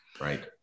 Right